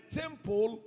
temple